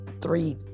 three